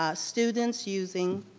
ah students using